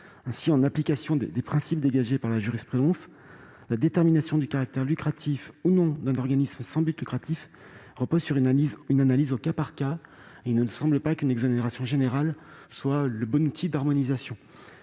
Ainsi, en application des principes dégagés par la jurisprudence, la détermination du caractère lucratif ou non d'un organisme sans but lucratif, repose sur une analyse au cas par cas. Il ne nous ne semble pas qu'une exonération générale soit le bon outil d'harmonisation.